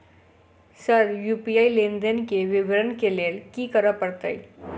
Sir UPI लेनदेन केँ विवरण केँ लेल की करऽ परतै?